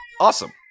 awesome